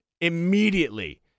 immediately